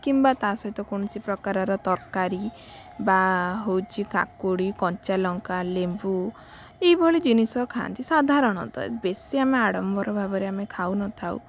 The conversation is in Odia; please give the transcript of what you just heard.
କିମ୍ବା ତା'ସହିତ କୌଣସି ପ୍ରକାରର ତରକାରୀ ବା ହେଉଛି କାକୁଡ଼ି କଞ୍ଚାଲଙ୍କା ଲେମ୍ବୁ ଏଇଭଳି ଜିନିଷ ଖାଆନ୍ତି ସାଧାରଣତଃ ବେଶୀ ଆମେ ଆଡ଼ମ୍ବର ଭାବରେ ଆମେ ଖାଉନଥାଉ